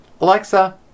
Alexa